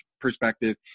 perspective